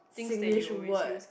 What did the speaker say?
Singlish word